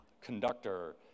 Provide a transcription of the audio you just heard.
conductor